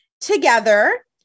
together